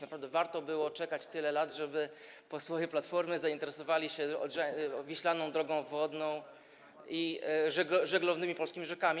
Naprawdę warto było czekać tyle lat, żeby posłowie Platformy zainteresowali się wiślaną drogą wodną i żeglownymi polskimi rzekami.